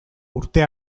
uste